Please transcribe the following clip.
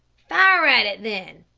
fire at it, then.